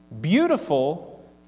beautiful